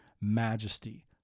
majesty